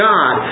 God